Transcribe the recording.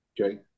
Okay